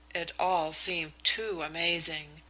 it all seemed too amazing.